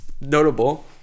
notable